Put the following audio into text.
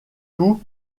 tout